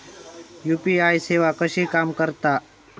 UPI सेवा कशी काम करता?